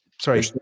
Sorry